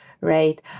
right